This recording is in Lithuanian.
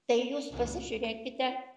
tai jūs pasižiūrėkite